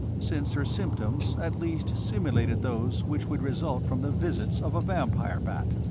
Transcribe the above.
since her symptoms at least simulated those which would result from the visits of a vampire bat,